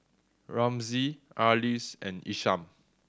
Ramsey Arlis and Isham